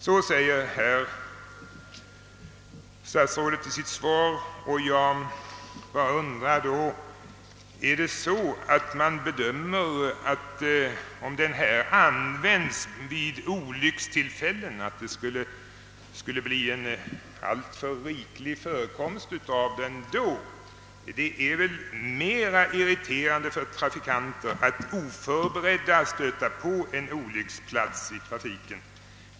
Så säger herr statsrådet i sitt svar, och jag bara undrar då: Är det så att man be dömer saken på det sättet att det skulle bli en alltför riklig förekomst av blinkljusanordningar om de användes vid olyckstillfällen? Det är väl mera irriterande för trafikanter att oförberedda stöta på en olycksplats i trafiken.